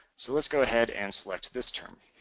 so, let's go ahead and select this term.